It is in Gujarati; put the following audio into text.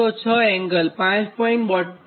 72° kV મળે